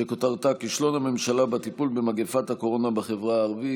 שכותרתה: כישלון הממשלה בטיפול במגפת הקורונה בחברה הערבית.